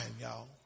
y'all